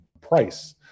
price